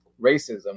racism